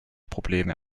probleme